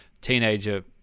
teenager